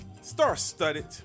star-studded